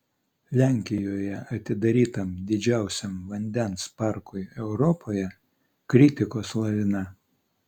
lenkijoje atidarytam didžiausiam vandens parkui europoje kritikos lavina